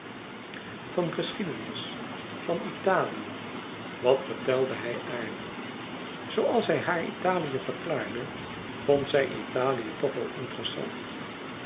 van geschiedenis van italië wat vertelde hij aardig zooals hij haar italië verklaarde vond zij italië toch wel interessant